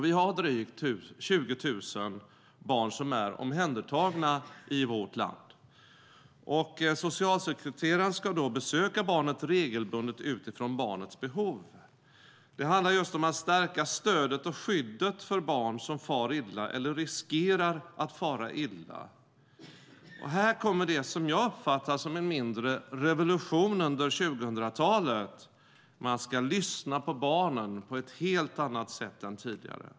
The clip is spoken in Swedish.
Vi har drygt 20 000 barn som är omhändertagna i vårt land. Socialsekreteraren ska besöka barnet regelbundet utifrån barnets behov. Det handlar om att stärka stödet och skyddet för barn som far illa eller riskerar att fara illa. Här kommer det jag uppfattar som en mindre revolution under 2000-talet, nämligen att man ska lyssna på barnen på ett helt annat sätt än tidigare.